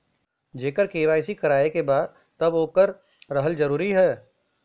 जेकर के.वाइ.सी करवाएं के बा तब ओकर रहल जरूरी हे?